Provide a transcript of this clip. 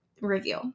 review